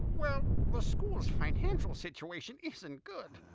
well. the school's financial situation isn't good.